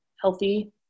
healthy